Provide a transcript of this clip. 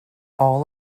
all